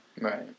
right